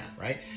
right